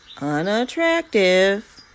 unattractive